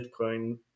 Bitcoin